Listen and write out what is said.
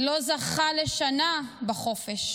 לא זכה לשנה בחופש